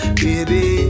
baby